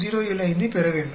075 ஐப் பெற வேண்டும்